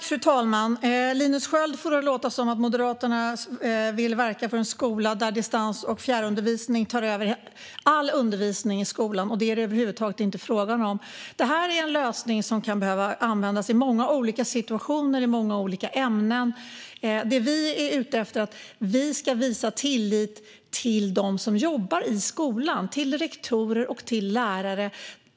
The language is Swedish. Fru talman! Linus Sköld får det att låta som att Moderaterna vill verka för en skola där distans och fjärrundervisning tar över all undervisning, men det är det över huvud taget inte fråga om. Detta är en lösning som kan behöva användas i många olika situationer och i många olika ämnen. Det vi är ute efter är att vi ska visa tillit till dem som jobbar i skolan - till rektorer och till lärare.